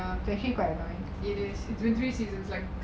it is two three seasons like